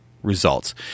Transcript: results